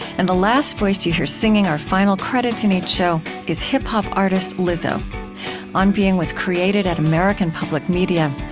and the last voice that you hear singing our final credits in each show is hip-hop artist lizzo on being was created at american public media.